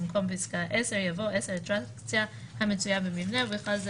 במקום פיסקה 10 יבוא אטרקציה המצויה במבנה ובכלל זה